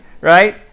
right